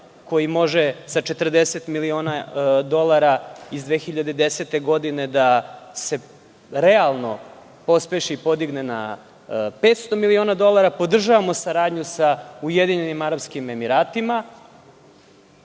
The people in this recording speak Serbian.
koji može sa 40 miliona dolara iz 2010. godine da se realno pospeši i podigne na 500 miliona dolara, podržavamo saradnju sa UAR, sa Južnom Korejom,